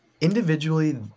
individually